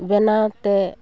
ᱵᱮᱱᱟᱣ ᱛᱮ